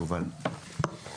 יובל חיו, משרד מבקר המדינה, בבקשה.